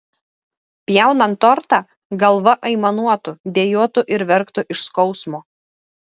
pjaunant tortą galva aimanuotų dejuotų ir verktų iš skausmo